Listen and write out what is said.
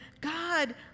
God